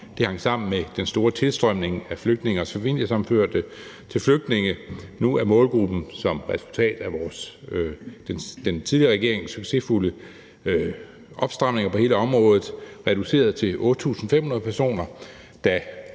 Det hang sammen med den store tilstrømning af flygtninge og familiesammenførte til flygtninge. Nu er målgruppen som resultat af den tidligere regerings succesfulde opstramninger på hele området reduceret til 8.500 personer, da